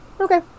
Okay